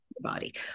Body